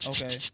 Okay